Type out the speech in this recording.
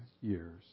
years